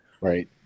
right